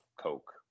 Coke